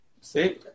See